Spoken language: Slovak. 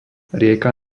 rieka